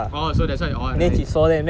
or so that's why alright